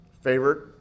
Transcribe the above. favorite